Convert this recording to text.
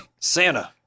Santa